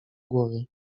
głowie